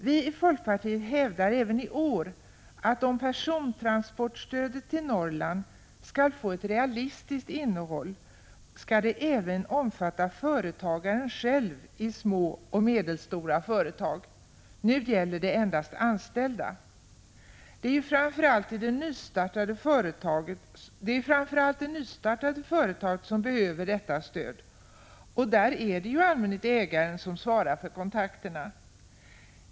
Vi i folkpartiet hävdar även i år att om persontransportstödet till Norrland skall få ett realistiskt innehåll skall det även omfatta företagaren själv i små och medelstora företag. Nu gäller det endast anställda. Det är ju framför allt det nystartade företaget som behöver detta stöd, och där är det ju i allmänhet ägaren som svarar för kontakterna.